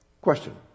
Question